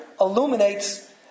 illuminates